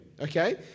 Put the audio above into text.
Okay